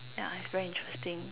yeah it's very interesting